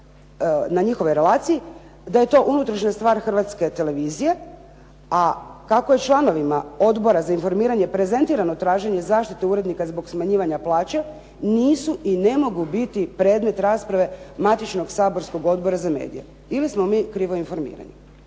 na njihovoj relaciji, da je to unutrašnja Hrvatske televizije. A kako je članovima Odbora za informiranje prezentirano traženje zaštite urednika zbog smanjivanja plaće, nisu i ne mogu biti predmet rasprave matičnog saborskog Odbora za medije ili smo mi krivo informirani.